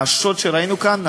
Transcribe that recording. השוד שראינו כאן,